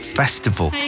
festival